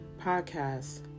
Podcast